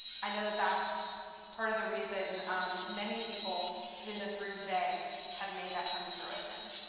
i know that that's part of the reason many people in this room today have made that come to fruition.